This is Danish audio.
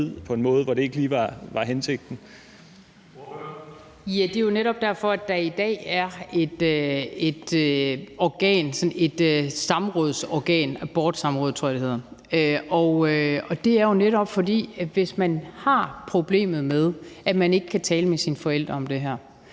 Det er jo netop derfor, at der i dag er et samrådsorgan – abortsamråd tror jeg det hedder. Så hvis man har problemet med, at man ikke kan tale med sine forældre om det her,